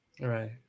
Right